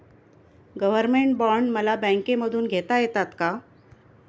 Government bond मला बँकेमधून घेता येतात का?